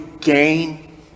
gain